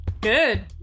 Good